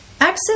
Access